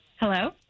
Hello